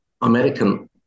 American